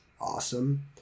awesome